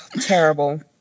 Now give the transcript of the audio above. Terrible